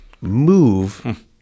move